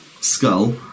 skull